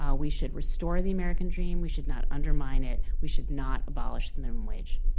um we should restore the american dream. we should not undermine it. we should not abolish the minimum wage.